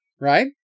right